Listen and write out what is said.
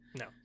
no